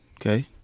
Okay